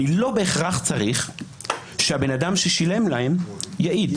אני לא בהכרח צריך שהבן אדם ששילם להם יעיד.